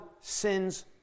sins